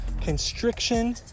constriction